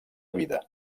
vida